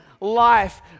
life